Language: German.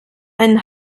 einen